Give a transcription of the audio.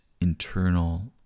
internal